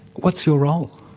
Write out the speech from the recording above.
what's your role?